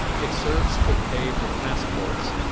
if serfs could pay for passports,